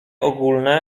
ogólne